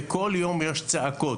בכל יום יש צעקות.